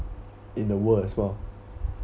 in the world as well